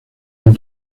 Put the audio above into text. del